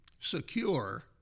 secure